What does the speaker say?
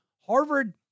Harvard